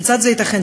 כיצד זה ייתכן,